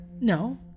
No